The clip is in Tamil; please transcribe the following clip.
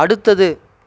அடுத்தது